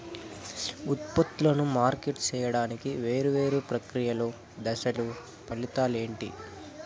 ఉత్పత్తులను మార్కెట్ సేయడానికి వేరువేరు ప్రక్రియలు దశలు ఫలితాలు ఏంటి?